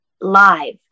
live